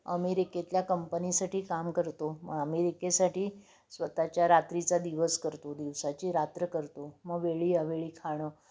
अमेरिकेतल्या कंपनीसाठी काम करतो मग अमेरिकेसाठी स्वतःच्या रात्रीचा दिवस करतो दिवसाची रात्र करतो मग वेळी अवेळी खाणं